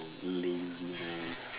laziness